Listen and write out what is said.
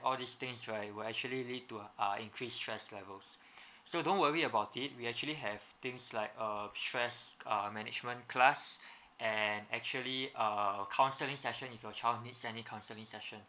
all these things right will actually lead to uh increase stress levels so don't worry about it we actually have things like err stress uh management class and actually a counseling session if your child needs any counseling session